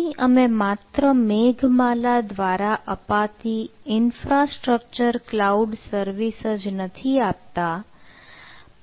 અહીં અમે માત્ર મેઘમાલા દ્વારા અપાતી ઈન્ફ્રાસ્ટ્રક્ચર ક્લાઉડ સર્વિસ જ નથી આપતા